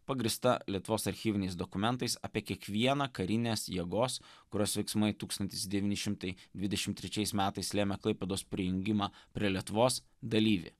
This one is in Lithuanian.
pagrįsta lietuvos archyviniais dokumentais apie kiekvieną karinės jėgos kurios veiksmai tūkstanis devyni šimtai dvidešim trečiais metais lėmė klaipėdos prijungimą prie lietuvos dalyvį